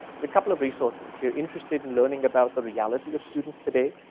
there's a couple of resources if you're interested in learning about the reality of students today.